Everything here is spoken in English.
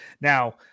Now